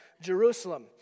Jerusalem